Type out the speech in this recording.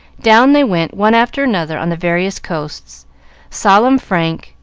down they went, one after another, on the various coasts solemn frank,